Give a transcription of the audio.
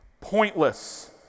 pointless